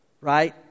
right